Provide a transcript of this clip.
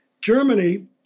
Germany